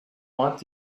wants